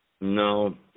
No